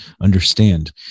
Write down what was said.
understand